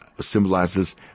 symbolizes